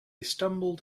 stumbled